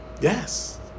Yes